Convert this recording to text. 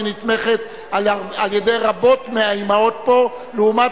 שהיא נתמכת על-ידי רבות מהאמהות פה לעומת